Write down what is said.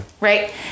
right